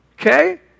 okay